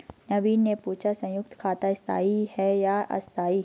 नवीन ने पूछा संयुक्त खाता स्थाई है या अस्थाई